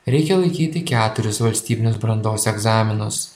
reikia laikyti keturis valstybinius brandos egzaminus